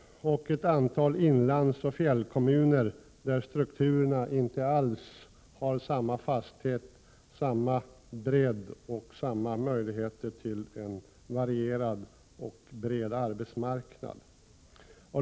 1987/88:127 inlandsoch fjällkommuner där strukturerna inte alls har samma fasthet och 26 maj 1988 samma bredd. Dessa kommuner saknar möjligheter till en varierad och bred arbetsmarknad.